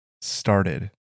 started